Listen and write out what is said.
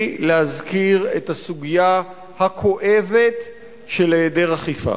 להזכיר את הסוגיה הכואבת של היעדר אכיפה.